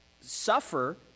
suffer